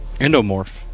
Endomorph